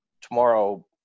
tomorrow